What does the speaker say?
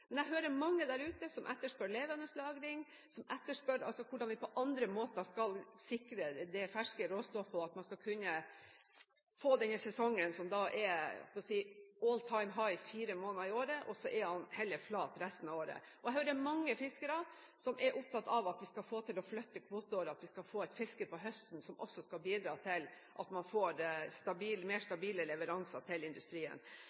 etterspør levendelagring, som etterspør andre måter å sikre det ferske råstoffet på, og at man skal kunne få denne sesongen som er «all time high» fire ganger i året – og så er den heller flat resten av året. Jeg hører mange fiskere som er opptatt av at vi skal få til å flytte kvoteåret, at vi skal få et fiske på høsten som også skal bidra til at man får mer stabile leveranser til industrien.